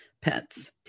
pets